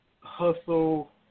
hustle